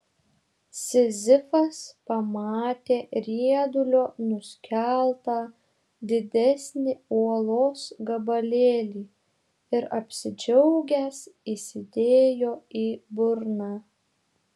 sizifas pamatė riedulio nuskeltą didesnį uolos gabalėlį ir apsidžiaugęs įsidėjo į burną